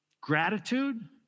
gratitude